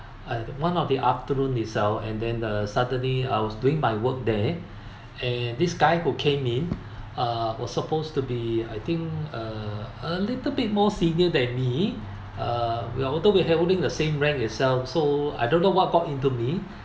at one of the afternoon itself and then uh suddenly I was doing my work there and this guy who came in uh were supposed to be I think uh a little bit more senior than me uh we're although we are holding the same rank itself so I don't know what got into me